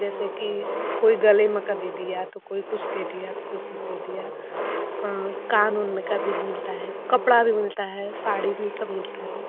जैसे कि कोई गले में का दे दिया तो कोई कुछ दे दिया तो कोई कुछ दे दिया कान उन में का भी मिलता है कपड़ा भी मिलता है साड़ी भी सब मिलता है